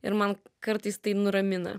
ir man kartais tai nuramina